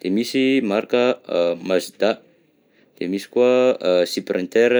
de misy marika Mazda, de misy koa a- Sprinter.